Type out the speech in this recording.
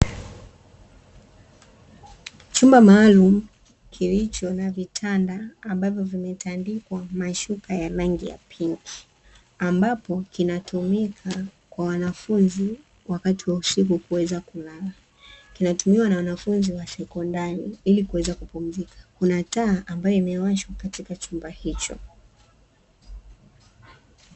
Chumba maalumu kilicho na vitanda ambavyo vimetandikwa mashuka ya rangi ya pinki ambapo kinatumika kwa wanafunzi wakati wa usiku kuweza kulala, kinatumiwa na wanafunzi wa sekondari ili kuweza kupumzika kuna taa ambayo imewashwa katika chumba hicho.